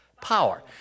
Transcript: power